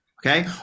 Okay